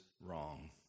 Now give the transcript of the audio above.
wrong